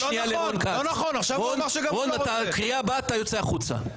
רון, בקריאה הבאה אתה יוצא החוצה.